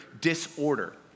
disorder